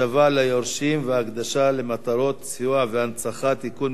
והקדשה למטרות סיוע והנצחה) (תיקון מס' 2),